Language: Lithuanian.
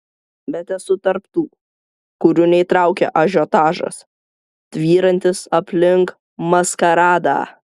bet esu tarp tų kurių neįtraukia ažiotažas tvyrantis aplink maskaradą